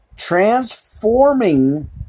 transforming